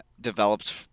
developed